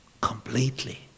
completely